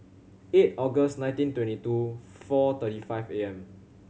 eight August nineteen twenty two four thirty five A M